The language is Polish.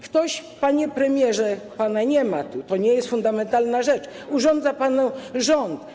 Ktoś, panie premierze - pana nie ma tu, to nie jest fundamentalna rzecz - urządza panu rząd.